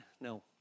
no